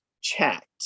checked